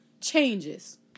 changes